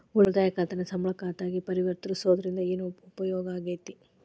ಉಳಿತಾಯ ಖಾತಾನ ಸಂಬಳ ಖಾತಾ ಆಗಿ ಪರಿವರ್ತಿಸೊದ್ರಿಂದಾ ಏನ ಉಪಯೋಗಾಕ್ಕೇತಿ?